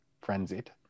frenzied